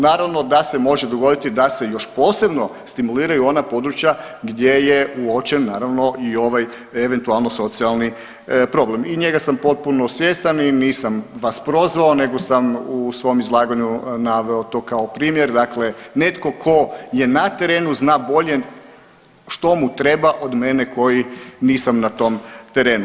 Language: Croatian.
Naravno da se može dogoditi da se još posebno stimuliraju ona područja gdje je uočen, naravno i ovaj eventualno socijalni problem i njega sam potpuno svjestan i nisam vas prozvao nego sam u svom izlaganju naveo to kao primjer, dakle netko tko je na terenu zna bolje što mu treba od mene koji nisam na tom terenu.